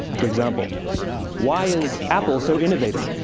for example why is apple so innovative?